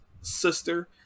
sister